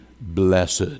blessed